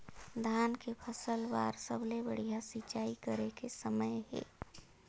धान के फसल बार सबले बढ़िया सिंचाई करे के समय हे?